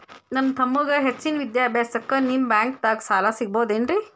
ನನ್ನ ತಮ್ಮಗ ಹೆಚ್ಚಿನ ವಿದ್ಯಾಭ್ಯಾಸಕ್ಕ ನಿಮ್ಮ ಬ್ಯಾಂಕ್ ದಾಗ ಸಾಲ ಸಿಗಬಹುದೇನ್ರಿ?